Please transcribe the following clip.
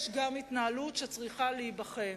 יש גם התנהלות שצריכה להיבחן.